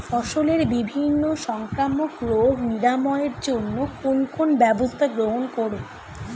ফসলের বিভিন্ন সংক্রামক রোগ নিরাময়ের জন্য কি কি ব্যবস্থা গ্রহণ করব?